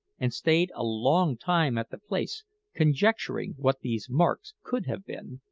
and stayed a long time at the place conjecturing what these marks could have been,